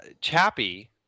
Chappie